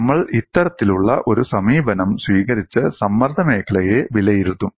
നമ്മൾ ഇത്തരത്തിലുള്ള ഒരു സമീപനം സ്വീകരിച്ച് സമ്മർദ്ദമേഖലയെ വിലയിരുത്തും